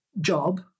job